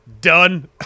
Done